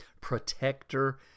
protector